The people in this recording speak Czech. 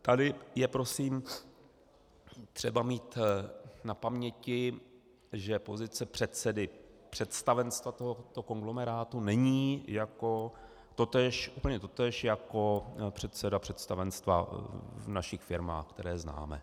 Tady je prosím třeba mít na paměti, že pozice předsedy představenstva tohoto konglomerátu není úplně totéž jako předseda představenstva v našich firmách, které známe.